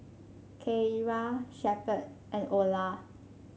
Keira Shepherd and Ola